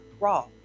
raw